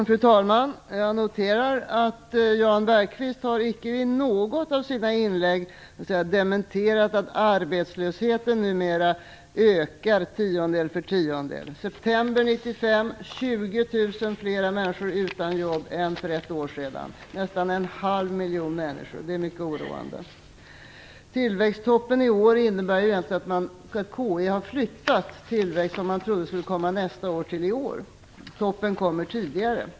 Fru talman! Jag noterar att Jan Bergqvist inte i något av sina inlägg har dementerat att arbetslösheten numera ökar tiondel för tiondel. I september 1995 var sammanlagt nästan en halv miljon människor! Det är mycket oroande. Tillväxttoppen i år innebär egentligen att KI har flyttat tillväxt som man trodde skulle komma nästa år till i år. Toppen kommer tidigare.